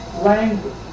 language